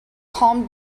calm